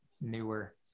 newer